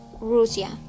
Russia